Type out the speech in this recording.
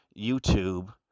YouTube